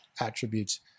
attributes